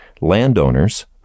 Landowners